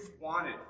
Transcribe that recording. wanted